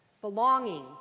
Belonging